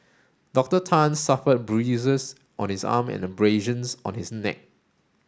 Doctor Tan suffered bruises on his arm and abrasions on his neck